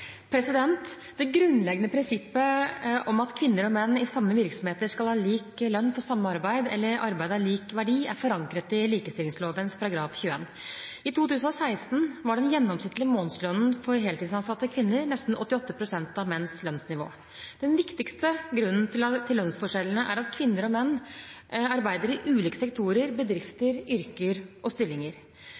Det grunnleggende prinsippet om at kvinner og menn i samme virksomhet skal ha lik lønn for samme arbeid eller arbeid av lik verdi, er forankret i likestillingsloven § 21. I 2016 var den gjennomsnittlige månedslønnen for heltidsansatte kvinner nesten 88 pst. av menns lønnsnivå. Den viktigste grunnen til lønnsforskjellene er at kvinner og menn arbeider i ulike sektorer, bedrifter, yrker og stillinger.